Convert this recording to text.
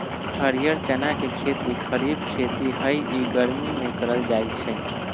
हरीयर चना के खेती खरिफ खेती हइ इ गर्मि में करल जाय छै